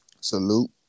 salute